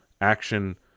action